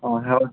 ହଁ ହେବା